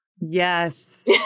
Yes